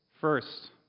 First